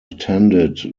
attended